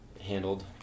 Handled